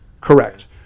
correct